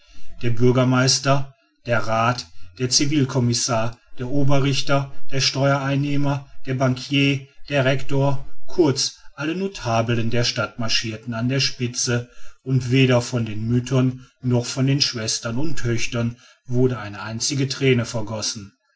der bürgermeister der rath der civilcommissar der oberrichter der steuereinnehmer der banquier der rector kurz alle notabeln der stadt marschirten an der spitze und weder von den müttern noch von den schwestern und töchtern wurde eine einzige thräne vergossen